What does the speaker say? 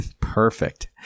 Perfect